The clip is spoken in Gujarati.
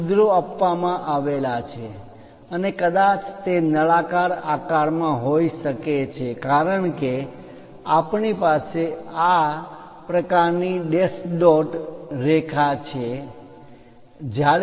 આ છિદ્રો કાણા આપવામા આવેલા છે અને કદાચ તે નળાકાર આકાર માં હોઈ શકે છે કારણ છે કે આપણી પાસે આ પ્રકારની ડેશ ડોટ રેખા લાઇન line છે